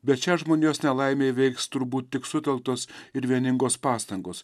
bet šią žmonijos nelaimę įveiks turbūt tik sutelktos ir vieningos pastangos